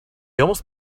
almost